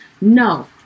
No